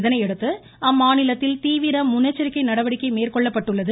இதனையடுத்து அம்மாநிலத்தில் தீவிர முன்னெச்சரிக்கை நடவடிக்கை மேற்கொள்ளப்பட்டுள்ளது